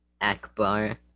Akbar